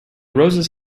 roses